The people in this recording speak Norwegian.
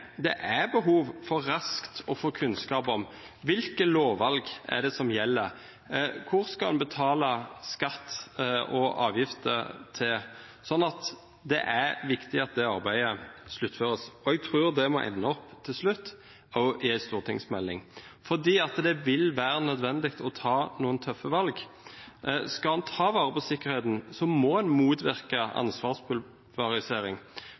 det er behov for raskt å få kunnskap om hvilke lovvalg som gjelder, hvem en skal betale skatter og avgifter til, så det er viktig at det arbeidet sluttføres. Jeg tror det til slutt må ende opp i en stortingsmelding, for det vil være nødvendig å ta noen tøffe valg. Skal en ta vare på sikkerheten, må en motvirke